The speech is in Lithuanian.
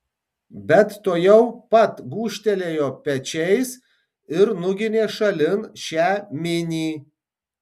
bet tuojau pat gūžtelėjo pečiais ir nuginė šalin šią minį